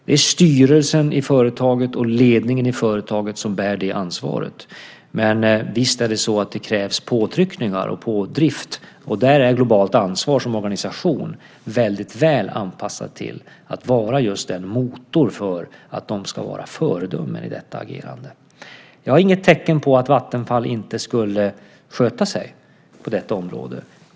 Det är styrelsen i företaget och ledningen i företaget som bär det ansvaret. Men visst krävs det påtryckningar och pådrivning, och där är Globalt Ansvar som organisation väldigt väl anpassad till att vara just en motor för att de ska vara föredömen i detta agerande. Jag har inte sett några tecken på att Vattenfall inte skulle sköta sig på detta område.